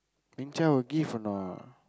will give or not